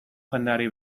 jendeari